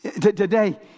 today